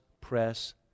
press